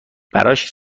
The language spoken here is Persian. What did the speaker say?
براش